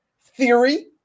theory